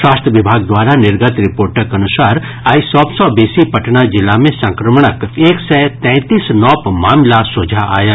स्वास्थ्य विभाग द्वारा निर्गत रिपोर्टक अनुसार आइ सभ सँ बेसी पटना जिला मे संक्रमणक एक सय तैंतीस नव मामिला सोझा आयल